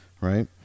right